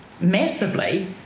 massively